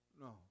No